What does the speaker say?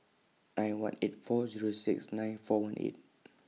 nine one eight four Zero six nine four one eight